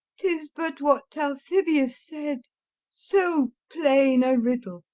tis but what talthybius said so plain a riddle,